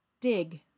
dig